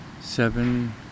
seven